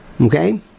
Okay